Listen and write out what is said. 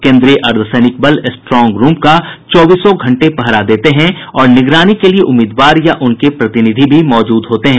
केंद्रीय अर्द्वसैनिक बल स्ट्रांग रूम का चौबीसों घंटे पहरा देते हैं और निगरानी के लिए उम्मीदवार या उनके प्रतिनिधि भी मौजूद होते हैं